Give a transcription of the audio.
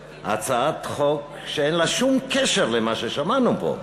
הצעת חוק שאין לה שום קשר למה ששמענו פה,